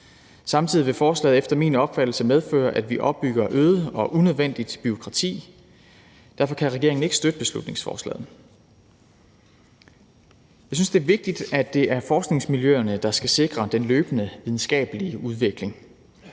Samtidig vil forslaget efter min opfattelse medføre, at vi opbygger øget og unødvendigt bureaukrati. Derfor kan regeringen ikke støtte beslutningsforslaget. Jeg synes, det er vigtigt, at det er forskningsmiljøerne, der skal sikre den løbende videnskabelige udvikling.